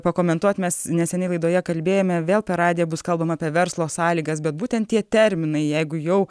pakomentuot mes neseniai laidoje kalbėjome vėl per radiją bus kalbama apie verslo sąlygas bet būtent tie terminai jeigu jau